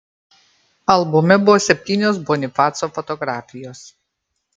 albume buvo septynios bonifaco fotografijos